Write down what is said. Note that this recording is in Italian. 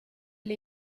gli